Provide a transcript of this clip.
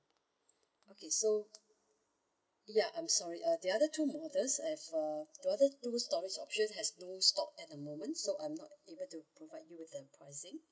okay so ya I'm sorry uh the other two models have uh the other two storage options have no stock at the moment so I'm not able to provide you with that pricing